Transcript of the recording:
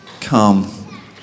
come